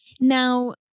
Now